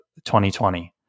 2020